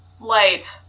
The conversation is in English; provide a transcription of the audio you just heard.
light